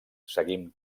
seguim